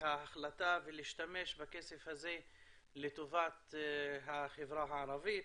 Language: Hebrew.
ההחלטה ולהשתמש בכסף הזה לטובת החברה הערבית